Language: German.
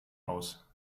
aus